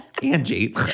Angie